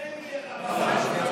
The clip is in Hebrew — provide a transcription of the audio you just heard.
לכם יהיה רע ומר.